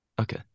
okay